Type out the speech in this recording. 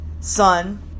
Son